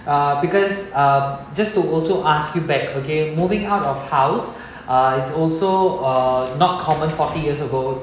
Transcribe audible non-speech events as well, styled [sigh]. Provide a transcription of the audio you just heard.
uh because uh just to also ask you back okay moving out of house [breath] uh is also uh not common forty years ago